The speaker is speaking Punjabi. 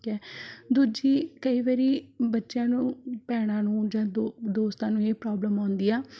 ਕੈ ਦੂਜੀ ਕਈ ਵਾਰੀ ਬੱਚਿਆਂ ਨੂੰ ਭੈਣਾਂ ਨੂੰ ਜਾਂ ਦੋ ਦੋਸਤਾਂ ਨੂੰ ਇਹ ਪ੍ਰੋਬਲਮ ਆਉਂਦੀ ਆ